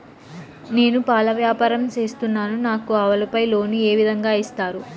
నేను పాల వ్యాపారం సేస్తున్నాను, నాకు ఆవులపై లోను ఏ విధంగా ఇస్తారు